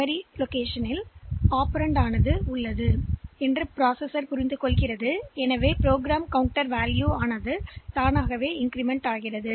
memory செயலி செய்தவுடன் இந்த ப்ரோக்ராம் கவுண்டர் மதிப்புகள் தானாகவே புதுப்பிக்கப்படும்